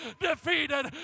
defeated